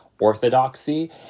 Orthodoxy